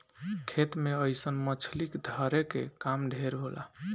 खेत मे अइसन मछली धरे के काम ढेर होला